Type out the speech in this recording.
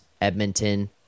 Edmonton